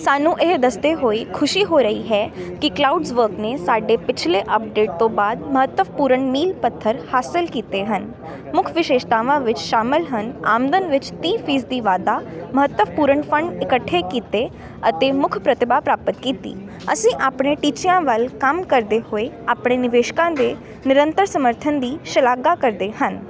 ਸਾਨੂੰ ਇਹ ਦੱਸਦੇ ਹੋਏ ਖੁਸ਼ੀ ਹੋ ਰਹੀ ਹੈ ਕਿ ਕਲਾਉਡਸ ਵਰਕ ਨੇ ਸਾਡੇ ਪਿਛਲੇ ਅੱਪਡੇਟ ਤੋਂ ਬਾਅਦ ਮਹੱਤਵਪੂਰਨ ਮੀਲ ਪੱਥਰ ਹਾਸਲ ਕੀਤੇ ਹਨ ਮੁੱਖ ਵਿਸ਼ੇਸ਼ਤਾਵਾਂ ਵਿੱਚ ਸ਼ਾਮਲ ਹਨ ਆਮਦਨ ਵਿੱਚ ਤੀਹ ਫੀਸਦੀ ਵਾਧਾ ਮਹੱਤਵਪੂਰਨ ਫੰਡ ਇਕੱਠੇ ਕੀਤੇ ਅਤੇ ਮੁੱਖ ਪ੍ਰਤਿਭਾ ਪ੍ਰਾਪਤ ਕੀਤੀ ਅਸੀਂ ਆਪਣੇ ਟੀਚਿਆਂ ਵੱਲ ਕੰਮ ਕਰਦੇ ਹੋਏ ਆਪਣੇ ਨਿਵੇਸ਼ਕਾਂ ਦੇ ਨਿਰੰਤਰ ਸਮਰਥਨ ਦੀ ਸ਼ਲਾਘਾ ਕਰਦੇ ਹਨ